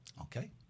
Okay